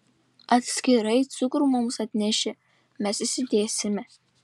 atskirai cukrų mums atneši mes įsidėsime